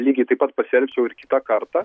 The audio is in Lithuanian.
lygiai taip pat pasielgčiau ir kitą kartą